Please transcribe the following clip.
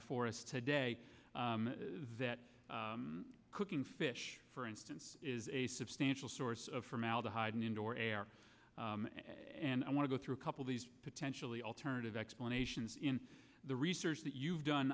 before us today that cooking fish for instance is a substantial source of formaldehyde an indoor air and i want to go through a couple of potentially alternative explanations in the research that you've done